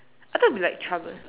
I thought it would be like troublesome